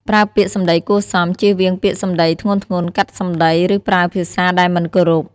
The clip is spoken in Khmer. ប្រើពាក្យសម្ដីគួរសម ជៀសវាងពាក្យសម្ដីធ្ងន់ៗ កាត់សម្ដី ឬប្រើភាសាដែលមិនគោរព។